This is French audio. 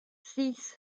six